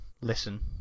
listen